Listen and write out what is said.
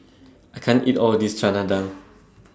I can't eat All of This Chana Dal